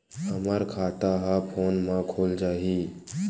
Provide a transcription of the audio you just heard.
हमर खाता ह फोन मा खुल जाही?